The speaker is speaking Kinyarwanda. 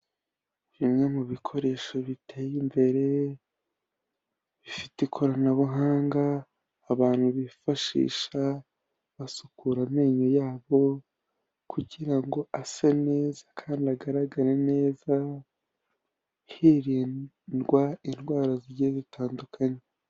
Bimwe mu bikoresho biteye imbere, bifite ikoranabuhanga, abantu bifashisha basukura amenyo yabo, kugirango ase neza kandi agaragare neza, hirindwa indwara zigiye zitandukanye.